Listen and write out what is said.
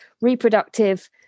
reproductive